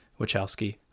Wachowski-